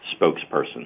spokesperson